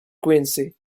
quincy